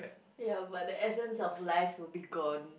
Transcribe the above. ya but the essence of life will be gone